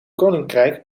koninkrijk